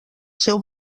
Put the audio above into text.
seu